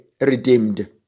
redeemed